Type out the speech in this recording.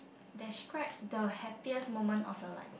describe the happiest moment of your life